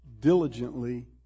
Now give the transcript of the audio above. diligently